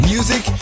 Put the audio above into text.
Music